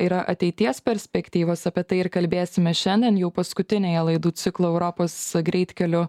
yra ateities perspektyvos apie tai ir kalbėsime šiandien jau paskutinėje laidų ciklo europos greitkeliu